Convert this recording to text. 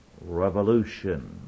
revolution